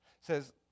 says